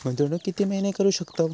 गुंतवणूक किती महिने करू शकतव?